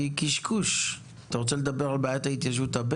אפשר להוריד את המצגת.